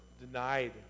denied